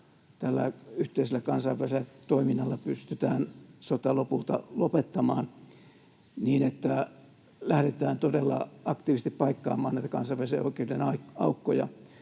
tällä yhteisellä kansainvälisellä toiminnalla pystytään sota lopulta lopettamaan, niin että lähdetään todella aktiivisesti paikkaamaan näitä kansainvälisen oikeuden aukkoja.